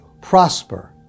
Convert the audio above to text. prosper